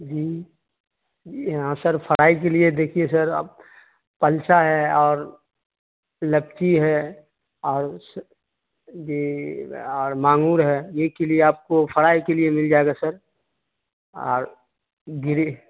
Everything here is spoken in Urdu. جی جی ہاں سر فرائی کے لیے دیکھیے سر اب پلسا ہے اور لکی ہے اور اس جی اور مانگور ہے یہ کے لیے آپ کو فرائی کے لیے مل جائے گا سر اور گرے